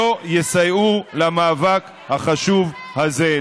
שלא יסייעו למאבק החשוב הזה.